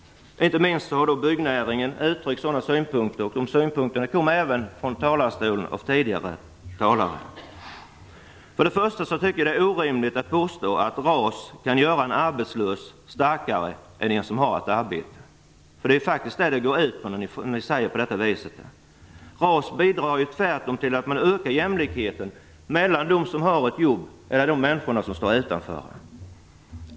Inte minst har från byggnäringen getts uttryck för en sådan uppfattning. Också tidigare talare har från denna talarstol framfört denna synpunkt. Jag tycker för det första att det är orimligt att påstå att RAS kan göra en arbetslös starkare än den som har ett arbete. Det är faktiskt vad era påståenden går ut på. RAS bidrar tvärtom till att öka jämlikheten mellan dem som har ett jobb och dem som står utanför arbetsmarknaden.